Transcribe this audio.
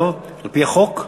דב: על-פי החוק,